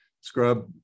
scrub